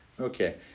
Okay